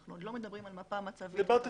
אנחנו עוד לא מדברים על מפה מצבית הם